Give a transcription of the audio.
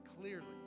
clearly